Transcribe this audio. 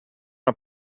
una